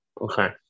Okay